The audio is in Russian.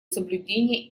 соблюдения